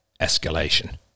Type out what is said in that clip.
escalation